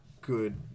good